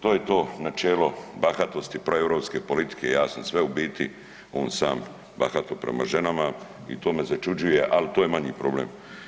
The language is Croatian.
To je to načelo bahatosti proeuropske politike, ja sam sve u biti, on sam bahato prema ženama i to me začuđuje, al to je manji problem.